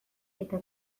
eta